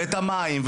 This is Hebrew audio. את המים,